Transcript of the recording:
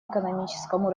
экономическому